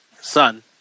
son